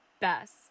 best